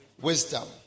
wisdom